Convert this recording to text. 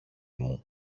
μου